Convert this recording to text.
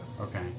Okay